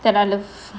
that I love